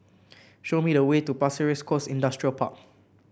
show me the way to Pasir Ris Coast Industrial Park